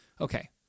Okay